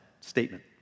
statement